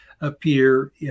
appear